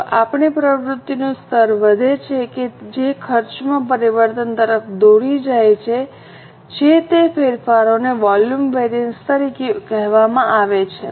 જો આપણી પ્રવૃત્તિનું સ્તર વધે છે કે જે ખર્ચમાં પરિવર્તન તરફ દોરી જાય છે જે તે ફેરફારોને વોલ્યુમ વેરિઅન્સ તરીકે કહેવામાં આવે છે